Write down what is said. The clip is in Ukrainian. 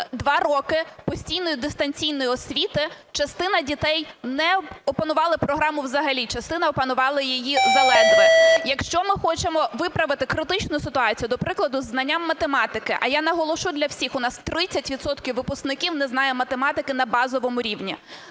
два роки постійної дистанційної освіти. Частина дітей не опанували програму взагалі, частина опанували її заледве. Якщо ми хочемо виправити критичну ситуацію, до прикладу, зі знання математики, а я наголошу для всіх, у нас 30 відсотків випускників не знають математики на базовому рівні,